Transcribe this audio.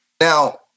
Now